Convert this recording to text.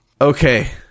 Okay